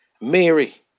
Mary